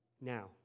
Now